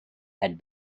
had